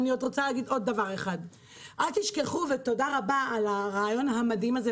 תודה רבה על הרעיון המדהים הזה,